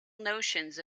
notions